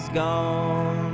gone